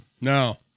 No